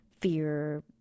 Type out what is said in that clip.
fear